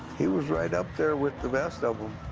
he was right up there with the best of them.